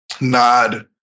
nod